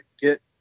get